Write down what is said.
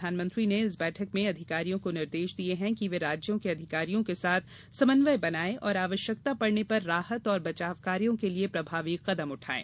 प्रधानमंत्री ने इस बैठक में अधिकारियों को निर्देश दिये कि वे राज्यों के अधिकारियों के साथ समन्वय बनायें और आवश्यकता पड़ने पर राहत और बचाव कार्यों के लिये प्रभावी कदम उठायें